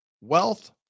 Wealth